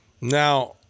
Now